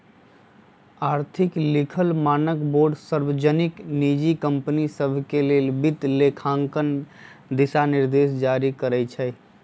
आर्थिक लिखल मानकबोर्ड सार्वजनिक, निजी कंपनि सभके लेल वित्तलेखांकन दिशानिर्देश जारी करइ छै